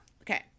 okay